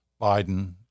Biden